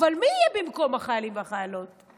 אבל מי יהיה במקום החיילים והחיילות?